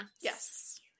Yes